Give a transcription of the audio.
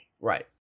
Right